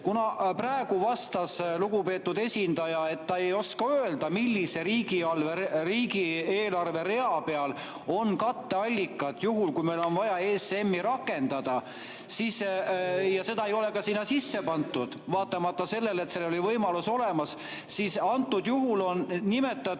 Kuna praegu vastas lugupeetud esindaja, et ta ei oska öelda, millise riigieelarve rea peal on katteallikad, juhul kui meil on vaja ESM‑i rakendada, ja seda ei ole ka sinna sisse pandud, vaatamata sellele, et seal oli võimalus olemas, siis antud juhul on nimetatud